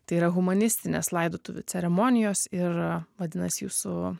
tai yra humanistinės laidotuvių ceremonijos ir vadinasi jūsų